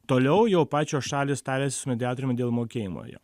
toliau jau pačios šalys tariasi su mediatoriumi dėl mokėjimo jo